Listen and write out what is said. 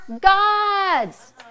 God's